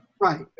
Right